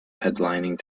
headlining